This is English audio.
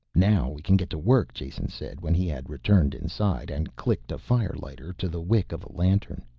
now we can get to work, jason said when he had returned inside, and clicked a firelighter to the wick of a lantern.